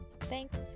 Thanks